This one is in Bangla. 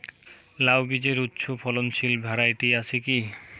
লাউ বীজের উচ্চ ফলনশীল ভ্যারাইটি আছে কী?